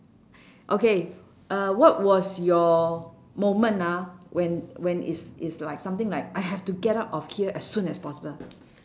okay uh what was your moment ah when when it's it's like something like I have to get out of here as soon as possible